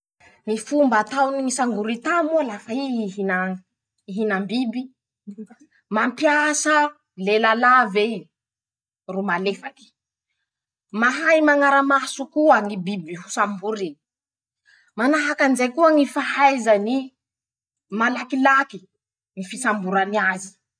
Ñy fomba ataony ñy sangorità moa. lafa i ihina ihinam-biby: -Mampiasa lela lav'ey ,ro malefaky. mahay mañara-maso koa ñy biby ho samboriny. manahaky anizay koa ñy fahaizany malakilaky ñy fisamborany azy.